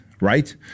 right